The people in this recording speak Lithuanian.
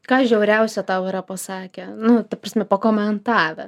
ką žiauriausią tau yra pasakę nu ta prasme pakomentavę